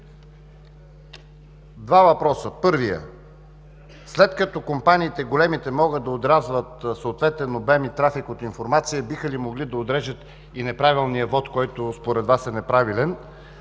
Два въпроса. Първият: след като големите компании могат да отрязват съответен обем и трафик от информация, биха ли могли да отрежат и неправилния вот, който според Вас е неправилен.